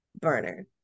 burner